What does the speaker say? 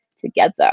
together